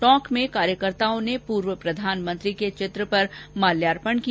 टोंक में कार्यकर्ताओं ने पूर्व प्रधानमंत्री के चित्र पर माल्यार्पण किया